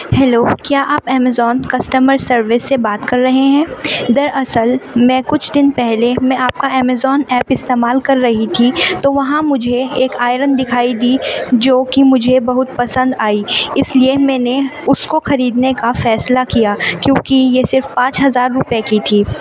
hello کیا آپ Amazon customer service سے بات کر رہے ہیں دراصل میں کچھ دن پہلے میں آپ کا امازون ایپ استعمال کر رہی تھی تو وہاں مجھے ایک آئرن دکھائی دی جو کہ مجھے بہت پسند آئی اس لیے میں نے اس کو خریدنے کا فیصلہ کیا کیونکہ یہ صرف پانچ ہزار روپے کی تھی